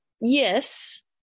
yes